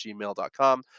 gmail.com